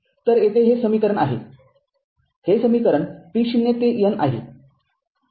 तरयेथे हे समीकरण आहे हे समीकरण t0 ते n आहे